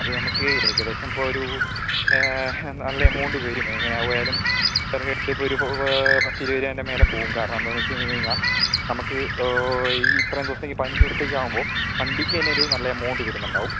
അത് നമുക്ക് ഏകദേശം ഇപ്പൊരു നല്ല എമൗണ്ട് വരും എങ്ങനെ പോയാലും എറൗണ്ട് ഇപ്പൊരു പത്തിരുപത് രൂപേൻ്റെ മേലെ പോകും കാരണം എന്താണെന്ന് വെച്ച് കഴിഞ്ഞ് കഴിഞ്ഞാൽ നമുക്ക് ഓ ഈ ഇത്രയും ദിവസത്തേയ്ക്ക് പതിനഞ്ച് ദിവസത്തേയ്ക്കാകുമ്പോൾ വണ്ടിക്ക് തന്നെയൊരു നല്ല എമൗണ്ട് വരുന്നുണ്ടാകും